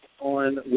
on